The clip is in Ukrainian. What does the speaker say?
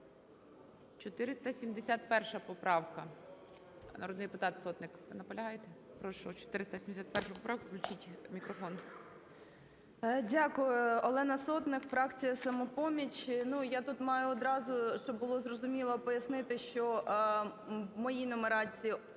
471 поправка, народний депутат Сотник. Наполягаєте? Прошу, 471 правку. Включіть мікрофон. 11:17:34 СОТНИК О.С. Дякую. Олена Сотник, фракція "Самопоміч". Я тут маю одразу, щоб було зрозуміло, пояснити, що в моїй нумерації